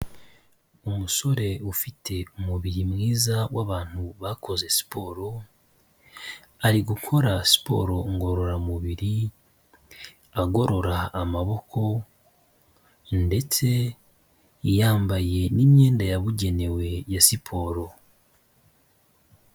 Umusore ufite umubiri mwiza w'abantu bakoze siporo, ari gukora siporo ngororamubiri, agorora amaboko ndetse yambaye n'imyenda yabugenewe ya siporo.